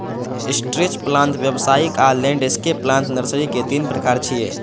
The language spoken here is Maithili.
स्ट्रेच प्लांट, व्यावसायिक आ लैंडस्केप प्लांट नर्सरी के तीन प्रकार छियै